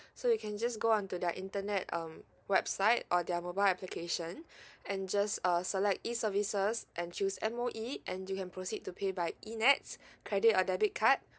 so you can just go on to their internet um website or their mobile application and just uh select e services and choose M_O_E and you can proceed to pay by e nets credit or debit card